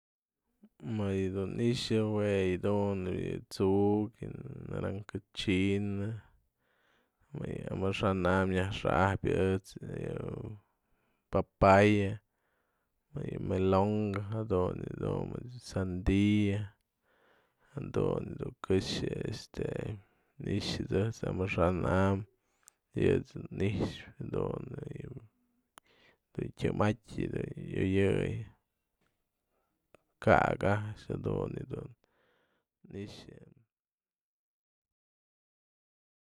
Më yë dun i'ixa jue yë dun më yë tsu'ukyë, naranja china, më yë amaxa'an nyaj yajxa'apyë ejt's yë papaya, më yë melonkë, jadun yë dun mëdë sandia jëdun dun këxë este i'ixats ejt's amaxa'an am yët's dun i'ixpë dun të tyatë të ioyë'ëy ka'ak a'ax jadun yë dun i'ixa nënëm.